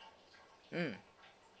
mm